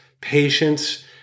patience